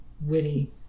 witty